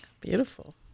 Beautiful